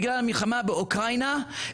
בגלל המלחמה באוקראינה.